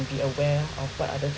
to be aware ah of the other things